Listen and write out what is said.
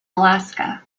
alaska